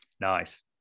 nice